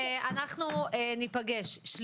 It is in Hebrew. בשלישי בבוקר אנחנו נקיים דיונים.